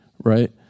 right